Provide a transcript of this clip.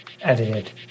Edited